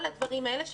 כל הדברים האלה,